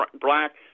black